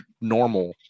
normal